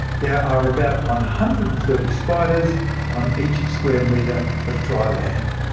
yeah are about one hundred and thirty spiders on each square metre of dry land.